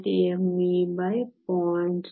60mh